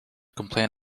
complain